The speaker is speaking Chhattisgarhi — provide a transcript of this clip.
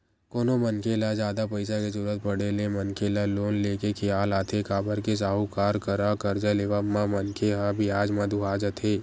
कोनो मनखे ल जादा पइसा के जरुरत पड़े ले मनखे ल लोन ले के खियाल आथे काबर के साहूकार करा करजा लेवब म मनखे ह बियाज म दूहा जथे